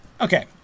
Okay